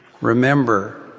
Remember—